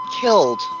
killed